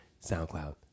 SoundCloud